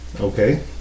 Okay